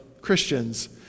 Christians